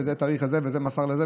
וזה עד התאריך הזה,